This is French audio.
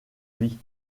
vie